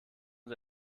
und